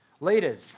Leaders